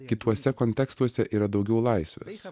kituose kontekstuose yra daugiau laisvės